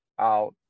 out